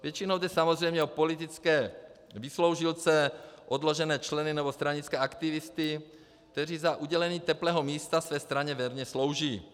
Většinou jde samozřejmě o politické vysloužilce, odložené členy nebo stranické aktivisty, kteří za udělení teplého místa své straně věrně slouží.